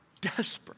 desperate